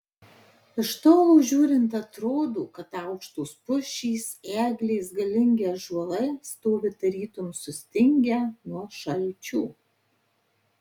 iš tolo žiūrint atrodo kad aukštos pušys eglės galingi ąžuolai stovi tarytum sustingę nuo šalčio